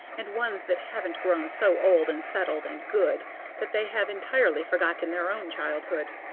and ones that haven't grown so old and settled and good that they have entirely forgotten their own childhood.